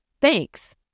thanks